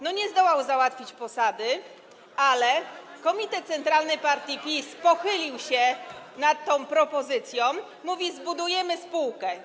Nie zdołał załatwić posady, ale komitet centralny partii PiS pochylił się nad tą propozycją i mówi: zbudujemy spółkę.